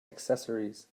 accessories